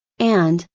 and,